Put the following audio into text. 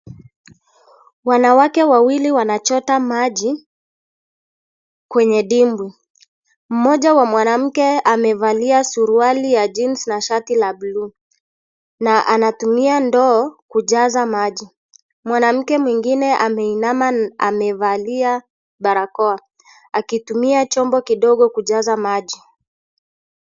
Wanawake wawili wanachota maji kwenye dimbwi. Mmoja wa mwanamke amevalia suruali ya (CS)jeans(CS)na shati la bluu na anatumia ndoo kujaza maji. Mwanamke mwingine ameinama na amevalia barakoa akitumia chombo kidogo kujaza maji.